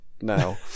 now